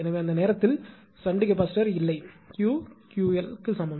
எனவே அந்த நேரத்தில் ஷன்ட் கெபாசிட்டார் இல்லை அது Q க்கு 𝑄𝑙 சமம்